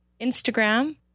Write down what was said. Instagram